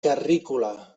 carrícola